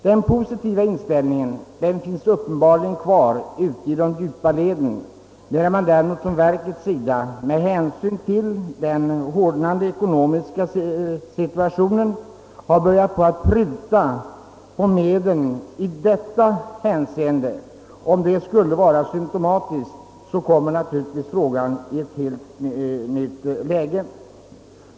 Den positiva inställningen finns uppenbarligen kvar i de djupa leden, medan man från verkets sida med hänsyn till det hårdnande ekonomiska klimatet börjat pruta på anslagen för detta ändamål. Om detta är symptomatiskt kommer naturligtvis frågan i ett helt annat läge.